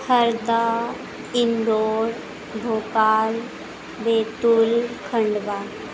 Harda Indore Bhopal Betul Khandwa